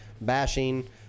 bashing